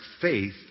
faith